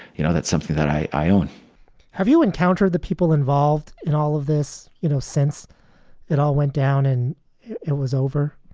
you know, that's something that i own have you encountered the people involved in all of this? you know, since it all went down and it was over,